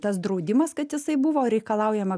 tas draudimas kad jisai buvo reikalaujama